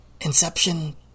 Inception